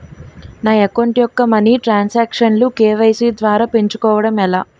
నా అకౌంట్ యెక్క మనీ తరణ్ సాంక్షన్ లు కే.వై.సీ ద్వారా పెంచుకోవడం ఎలా?